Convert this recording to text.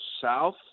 south